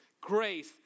Grace